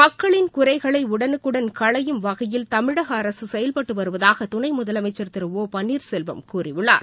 மக்களின் குறைகளைஉடனுக்குடன் களையும் வகையில் தமிழகஅரசுசெயல்பட்டுவருவதாகதுணைமுதலமைச்சள் திரு ஓ பன்னீர்செல்வம் கூறியுள்ளார்